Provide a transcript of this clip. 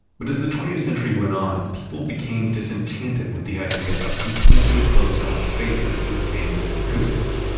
but as the twentieth century went on, people became disenchanted with the idea of completely closed-off spaces with dampened acoustics.